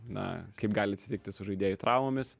na kaip gali atsitikti su žaidėjų traumomis